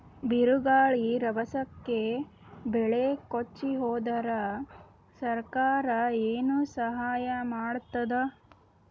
ಬಿರುಗಾಳಿ ರಭಸಕ್ಕೆ ಬೆಳೆ ಕೊಚ್ಚಿಹೋದರ ಸರಕಾರ ಏನು ಸಹಾಯ ಮಾಡತ್ತದ?